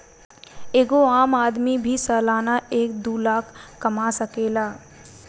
एगो आम आदमी भी सालाना एक दू लाख कमा सकेला